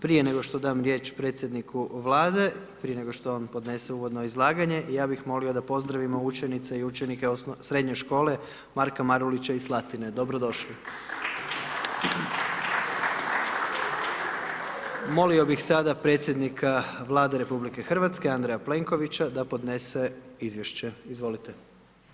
Prije nego što dam riječ predsjedniku Vlade, prije nego što on podnese uvodno izlaganje, ja bi molio da pozdravimo učenice i učenike Srednje škole Marka Marulića iz Slatine, dobrodošli. … Molio vi sada predsjednika Vlade Republike Hrvatske Andreja Plenkovića da podnese izvješće, izvolite.